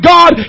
God